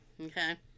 Okay